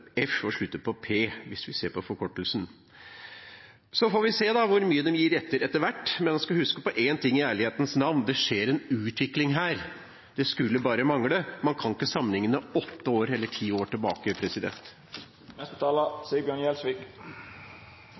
f og slutter med en p, hvis vi ser på forkortelsen. Så får vi se hvor mye de gir etter, etter hvert. Men vi skal huske på én ting i ærlighetens navn: Her skjer en utvikling, det skulle bare mangle! Man kan ikke sammenligne med situasjonen for åtte eller ti år tilbake.